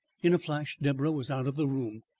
in a flash deborah was out of the room.